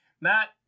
Matt